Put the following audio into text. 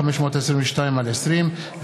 פ/2522/20,